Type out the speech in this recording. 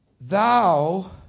Thou